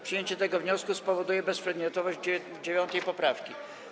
Przyjęcie tego wniosku spowoduje bezprzedmiotowość 9. poprawki.